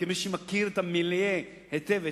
כמי שמכיר את המיליה היטב,